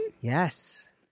Yes